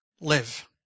live